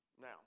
now